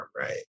Right